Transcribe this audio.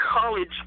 college